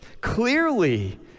Clearly